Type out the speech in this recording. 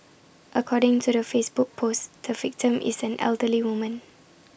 according to the Facebook post the victim is an elderly woman